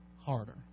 Harder